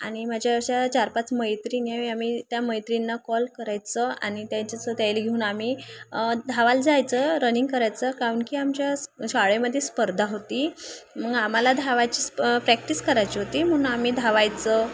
आणि माझ्या अशा चार पाच मैत्रिणी आम्ही त्या मैत्रिणींना कॉल करायचं आणि त्याच्याचं त्यांला घेऊन आम्ही धावायला जायचं रनिंग करायचं कारण की आमच्या शाळेमध्ये स्पर्धा होती मग आम्हाला धावायची स्प प्रॅक्टिस करायची होती म्हणून आम्ही धावायचं